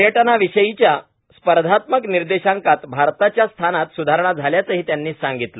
पर्यटनाविषयीच्या स्पर्धात्मक निर्देशांकात भारताच्या स्थानात सुधारणा झाल्याचंही त्यांनी सांगितलं